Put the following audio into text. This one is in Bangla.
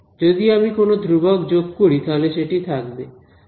যদি আমি কোনো ধ্রুবক যোগ করি তাহলে সেটি থাকবে